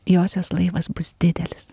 josios laivas bus didelis